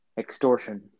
Extortion